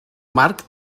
marc